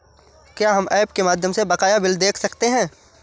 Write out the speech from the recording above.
क्या हम ऐप के माध्यम से बकाया बिल देख सकते हैं?